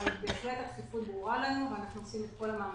אבל בהחלט הדחיפות ברורה לנו ואנחנו עושים את כל המאמצים.